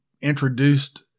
introduced